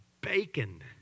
bacon